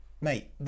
mate